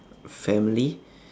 family